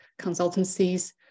consultancies